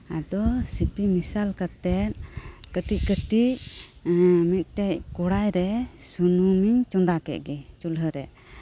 ᱟᱫᱚ ᱥᱤᱯᱤ ᱢᱮᱥᱟᱞ ᱠᱟᱛᱮᱫ ᱠᱟᱹᱴᱤᱡ ᱠᱟᱹᱴᱤᱡ ᱢᱤᱫ ᱴᱮᱱ ᱠᱚᱲᱟᱭ ᱨᱮ ᱥᱩᱱᱩᱢ ᱤᱧ ᱪᱚᱸᱫᱟ ᱠᱮᱫ ᱜᱮ ᱪᱩᱞᱦᱟᱹᱨᱮ